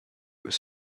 his